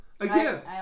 again